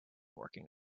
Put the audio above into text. working